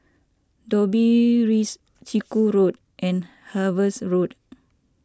Dobbie Rise Chiku Road and Harveys Road